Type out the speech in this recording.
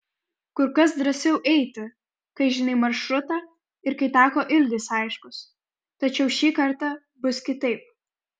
kur kas drąsiau eiti kai žinai maršrutą ir kai tako ilgis aiškus tačiau šį kartą bus kitaip